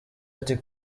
ati